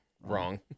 Wrong